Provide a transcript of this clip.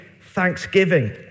thanksgiving